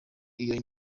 iyo